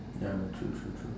ya true true true